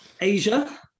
Asia